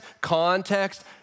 context